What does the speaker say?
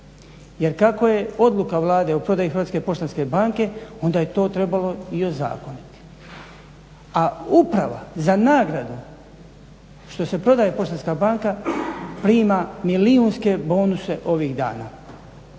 Jer kako je odluka Vlade o prodaji HPB-a onda je to trebalo i ozakoniti. A uprava za nagradu što se prodaje Poštanska banka prima milijunske bonuse ovih dana.